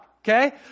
Okay